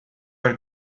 del